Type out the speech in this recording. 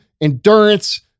endurance